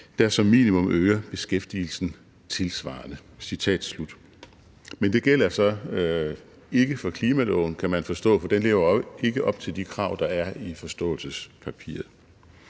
der som minimum øger beskæftigelsen tilsvarende«. Men det gælder så ikke for klimaloven, kan man forstå, for den lever jo ikke op til de krav, der er i forståelsespapiret.